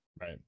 Right